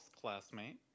Classmate